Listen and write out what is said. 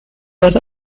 was